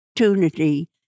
opportunity